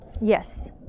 Yes